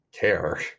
care